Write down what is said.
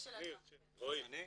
רישיון.